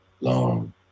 long